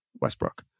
Westbrook